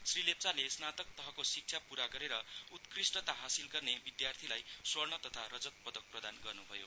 श्री लेप्चाले स्नातक तहको शिक्षा पूरा गरेर उत्कृष्टता हासिल गर्ने विद्यार्थीलाई स्वर्ण तथा रजत पदक प्रदान गर्नुभयो